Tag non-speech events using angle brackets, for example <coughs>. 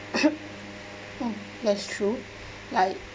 <coughs> oh that's true like